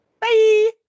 bye